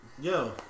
Yo